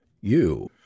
You